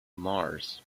mars